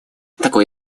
такое